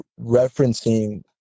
referencing